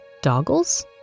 doggles